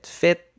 fit